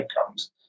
outcomes